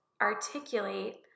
articulate